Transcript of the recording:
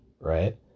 Right